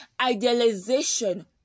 idealization